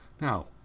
now